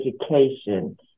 education